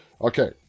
okay